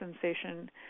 sensation